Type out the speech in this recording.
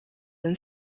than